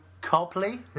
Copley